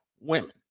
women